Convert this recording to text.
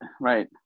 right